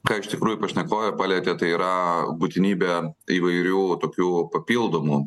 ką iš tikrųjų pašnekovė palietė tai yra būtinybė įvairių tokių papildomų